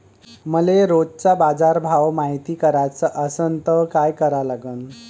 मले रोजचा बाजारभव मायती कराचा असन त काय करा लागन?